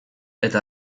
eta